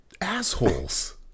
assholes